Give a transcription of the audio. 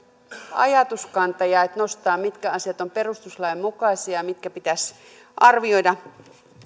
ajatuskanta että nostetaan mitkä asiat ovat perustuslain mukaisia mitkä pitäisi arvioida